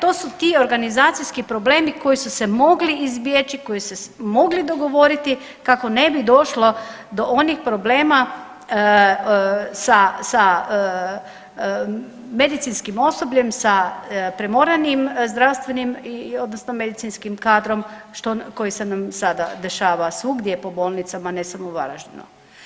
To je, to su ti organizacijski problemi koji su se mogli izbjeći, koji se mogli dogovoriti kako ne bi došlo do onih problema sa medicinskim osobljem, sa premorenim zdravstvenim i odnosno medicinskim kadrom, što, koji sad nam se sada dešava svugdje po bolnicama, ne samo u Varaždinu.